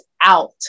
out